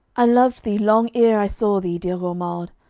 i loved thee long ere i saw thee, dear romuald,